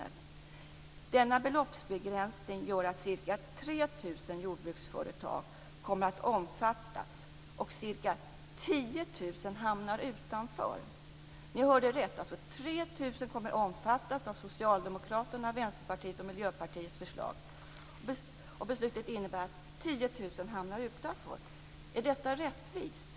Denna beloppsbegränsning gör att ca 3 000 jordbruksföretag kommer att omfattas och att ca 10 000 jordbruksföretag hamnar utanför. Ni hörde rätt! Alltså 3 000 kommer att omfattas av socialdemokraternas, Vänsterpartiets och Miljöpartiets förslag medan 10 000 hamnar utanför. Är detta rättvist?